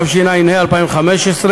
התשע"ה 2015,